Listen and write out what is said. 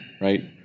right